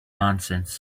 nonsense